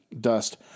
Dust